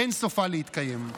אין סופה להתקיים.